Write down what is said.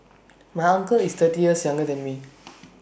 my uncle is thirty years younger than me